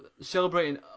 celebrating